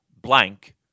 blank